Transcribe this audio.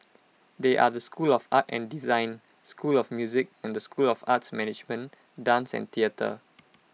they are the school of art and design school of music and school of arts management dance and theatre